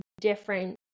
different